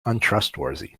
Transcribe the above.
untrustworthy